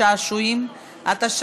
(תיקון,